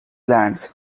lands